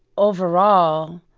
overall,